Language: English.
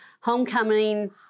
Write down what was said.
homecoming